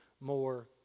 more